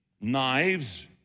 knives